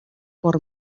por